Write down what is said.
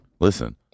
listen